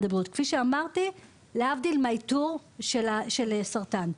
הבריאות כפי שאמרתי להבדיל מנושא האיתור של הסרטן.